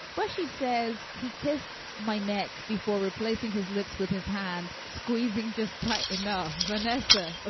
well, she says he kissed my neck before replacing his lips with his hand squeezing just tight you know vanessa, ah